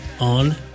on